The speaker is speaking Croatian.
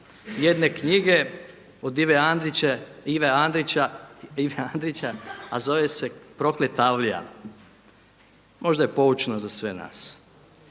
jedne knjige od Ive Andrića a zove se „Prokleta avlija“, možda je poučna za sve nas.